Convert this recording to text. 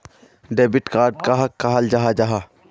Debit card कहाक कहाल जाहा जाहा?